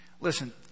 listen